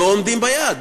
לא עומדים ביעד,